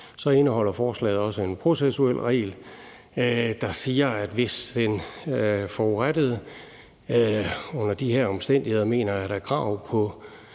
Så indeholder forslaget også en processuel regel, der siger, at hvis en forurettet under de her omstændigheder mener at have krav på